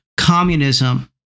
communism